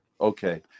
Okay